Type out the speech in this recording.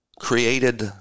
created